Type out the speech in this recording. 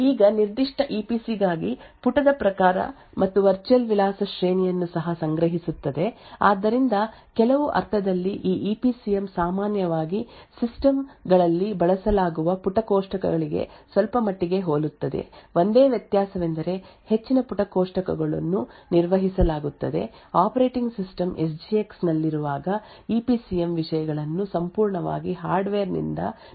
ಇದು ನಿರ್ದಿಷ್ಟ E P C ಗಾಗಿ ಪುಟದ ಪ್ರಕಾರ ಮತ್ತು ವರ್ಚುಯಲ್ ವಿಳಾಸ ಶ್ರೇಣಿಯನ್ನು ಸಹ ಸಂಗ್ರಹಿಸುತ್ತದೆ ಆದ್ದರಿಂದ ಕೆಲವು ಅರ್ಥದಲ್ಲಿ ಈ ಇ ಪಿ ಸಿ ಎಂ ಸಾಮಾನ್ಯವಾಗಿ ಸಿಸ್ಟಮ್ ಗಳಲ್ಲಿ ಬಳಸಲಾಗುವ ಪುಟ ಕೋಷ್ಟಕಗಳಿಗೆ ಸ್ವಲ್ಪಮಟ್ಟಿಗೆ ಹೋಲುತ್ತದೆ ಒಂದೇ ವ್ಯತ್ಯಾಸವೆಂದರೆ ಹೆಚ್ಚಿನ ಪುಟ ಕೋಷ್ಟಕಗಳನ್ನು ನಿರ್ವಹಿಸಲಾಗುತ್ತದೆ operating system S G X ನಲ್ಲಿರುವಾಗ ಇ ಪಿ ಸಿ ಎಂ ವಿಷಯಗಳನ್ನು ಸಂಪೂರ್ಣವಾಗಿ ಹಾರ್ಡ್ವೇರ್ ನಿಂದ ನಿರ್ವಹಿಸಲಾಗುತ್ತದೆ ಆದ್ದರಿಂದ ನಾವು ಈಗ ನಿಜವಾಗಿ ಸ್ಲೈಡ್ನ ಹಿಂತಿರುಗಿ ನೋಡಿದರೆ ವರ್ಚುಯಲ್ ವಿಳಾಸ ಸ್ಥಳದಿಂದ ಎನ್ಕ್ಲೇವ್ ಗಾಗಿ ಭೌತಿಕ ವಿಳಾಸ ಜಾಗಕ್ಕೆ ಅನುಗುಣವಾದ ಪಿ ಆರ್ ಎಂ ನಲ್ಲಿ ಪರಿವರ್ತನೆ ಇದೆ ಎಂದು